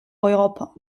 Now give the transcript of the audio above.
europa